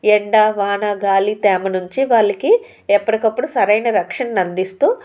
ఎండా వాన గాలి తేమ నుంచి వాళ్లకి ఎప్పటికప్పుడు సరైన రక్షణ అందిస్తూ